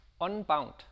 unbound